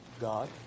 God